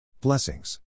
Blessings